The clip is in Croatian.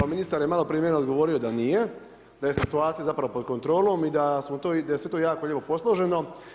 Evo ministar je malo prije meni odgovorio da nije, da je situacija zapravo pod kontrolom i da smo to, i da je sve to jako lijepo posloženo.